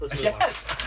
Yes